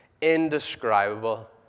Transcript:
indescribable